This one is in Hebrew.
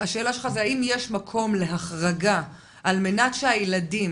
השאלה שלך אם יש מקום להחרגה, על מנת שהילדים